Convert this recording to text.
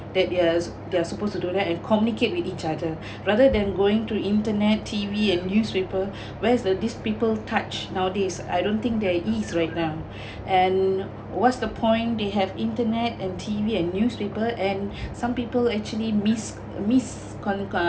that they're they're supposed to do that and communicate with each other rather than going through internet T_V and newspaper where is the these people touch nowadays I don't think there is right now and what's the point they have internet and T_V and newspaper and some people actually miss uh miscomm~